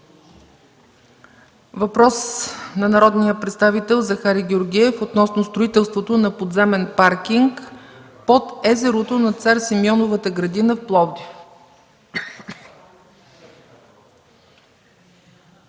Въпрос на народния представител Захари Георгиев относно строителството на подземен паркинг под езерото на Цар Симеоновата градина в Пловдив.